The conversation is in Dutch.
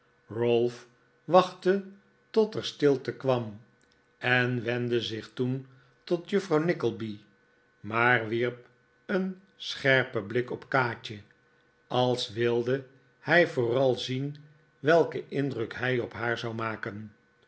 ralph wachtte tot er stilte kwam en wendde zich toen tot juffrouw nickleby maar wierp een scherpen blik op kaatje als wilde hij vooral zien welken indruk hij op haar zou maken